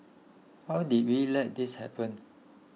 how did we let this happen